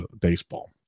baseball